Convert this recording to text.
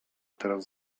teraz